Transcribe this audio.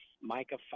Micah